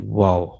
wow